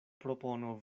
propono